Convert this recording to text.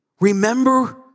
remember